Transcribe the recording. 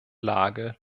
lage